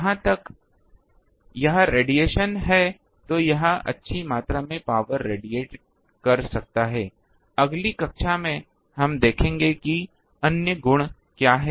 जहां तक यह रेडिएशन है तो यह अच्छी मात्रा में पावर रेडिएट कर सकता है अगली कक्षा में हम देखेंगे कि अन्य गुण क्या है